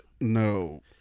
No